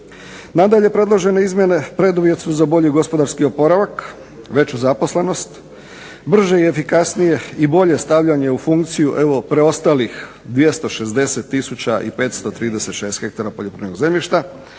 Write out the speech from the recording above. Nadalje, predložene izmjene preduvjet su za bolji gospodarski oporavak, veću zaposlenost, brže efikasnije i bolje stavljanje u funkciju preostalih 260 tisuća i 536 hektara poljoprivrednog zemljišta